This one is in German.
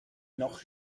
noch